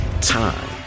time